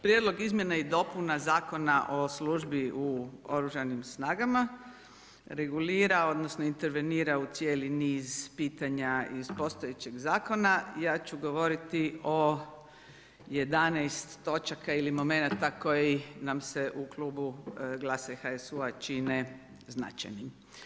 Prijedlog izmjena i dopuna Zakona o službi u Oružanim snagama regulira odnosno intervenira u cijeli niz pitanja iz postojećeg zakona, ja ću govoriti o 11 točaka ili momenata koji nas se u klubu GLAS-a i HSU-a čine značajnim.